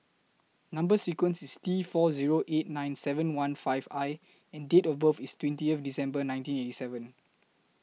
Number sequence IS T four Zero eight nine seven one five I and Date of birth IS twenty December nineteen eighty seven